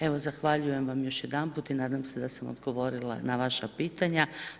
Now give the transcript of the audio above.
Evo zahvaljujem vam još jedanput i nadam se da sam odgovorila na vaša pitanja.